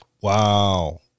Wow